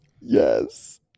yes